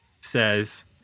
says